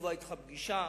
לקבוע אתך פגישה,